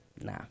Nah